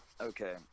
Okay